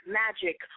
magic